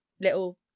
little